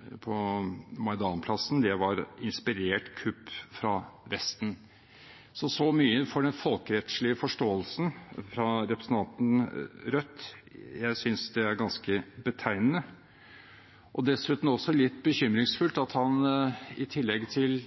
skjedde på Majdan-plassen, var et kupp inspirert av Vesten. Så mye for den folkerettslige forståelsen til representanten fra Rødt. Jeg synes også det er ganske betegnende, og dessuten litt bekymringsfullt, at han i tillegg til